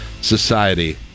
Society